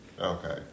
Okay